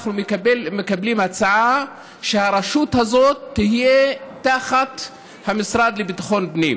אנחנו מקבלים הצעה שהרשות הזאת תהיה תחת המשרד לביטחון פנים.